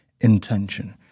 intention